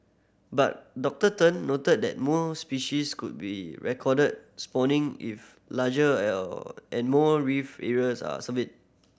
but Doctor Tun noted that more species could be recorded spawning if larger and more reef areas are surveyed